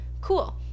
cool